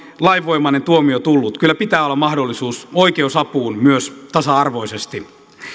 lainvoimainen tuomio tullut kyllä pitää olla mahdollisuus oikeusapuun myös tasa arvoisesti